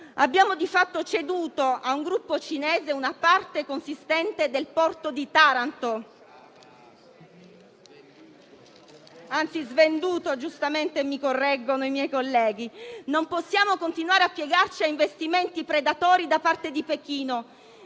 i miei colleghi - a un gruppo cinese una parte consistente del porto di Taranto. Non possiamo continuare a piegarci a investimenti predatori da parte di Pechino.